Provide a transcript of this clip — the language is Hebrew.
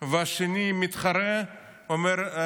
והשני מתחרה ואומר: